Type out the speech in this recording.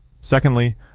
Secondly